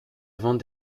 avant